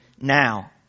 now